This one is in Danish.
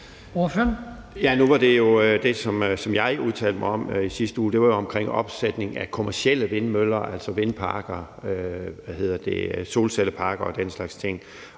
Nu var det, som jeg udtalte mig om i sidste uge, jo opsætning af kommercielle vindmøller, altså vindparker, solcelleparker og den slags ting.